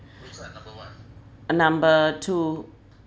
uh number two